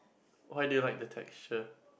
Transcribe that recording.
why do you like the texture